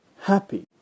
happy